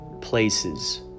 places